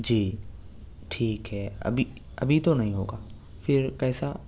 جی ٹھیک ہے ابھی ابھی تو نہیں ہوگا پھر کیسا